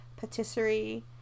Patisserie